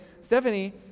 Stephanie